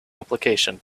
application